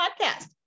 podcast